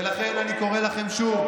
ולכן אני קורא לכם שוב: